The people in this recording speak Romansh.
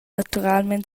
naturalmein